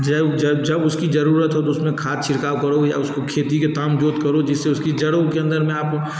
जब जब उसकी जरूरत हो तो उसमें खाद छिड़काव करो या उसको खेती के साथ जोत करो जिससे उसकी जड़ो के अंदर में आपको